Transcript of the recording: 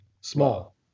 small